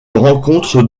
rencontre